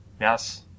Yes